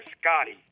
Scotty